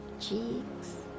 cheeks